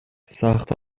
سخت